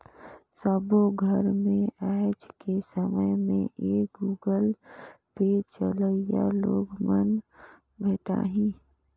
सबो घर मे आएज के समय में ये गुगल पे चलोइया लोग मन भेंटाहि